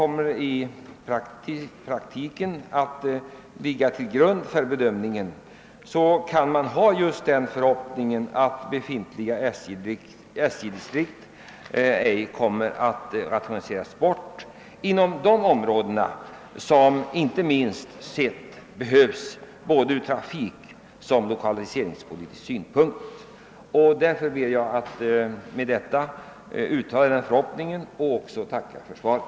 Man kanske då kan ha förhoppningen att befintliga SJ-distrikt inte kommer att rationaliseras bort inom de områden där de behövs inte minst ur trafikoch lokaliseringssynpunikt. Med denna förhoppning ber jag att få tacka för svaret.